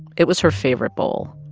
it was her favorite bowl.